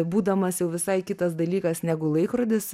būdamas jau visai kitas dalykas negu laikrodis